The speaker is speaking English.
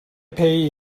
pay